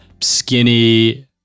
skinny